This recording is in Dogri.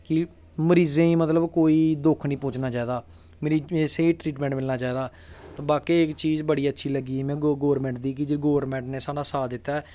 कि मरीजें गी मतलब कोई दुक्ख निं पुज्जना चाहिदा स्हेई ट्रीटमैंट मिलना चाहिदा ते बाकी इक चीज बड़ी अच्छी लग्गी में गौरमैंट दी कि जे गौरमैंट ने साढ़ा साथ दित्ता ऐ